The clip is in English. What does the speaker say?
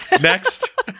Next